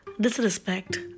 disrespect